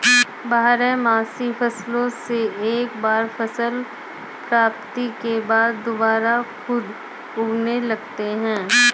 बारहमासी फसलों से एक बार फसल प्राप्ति के बाद दुबारा खुद उगने लगते हैं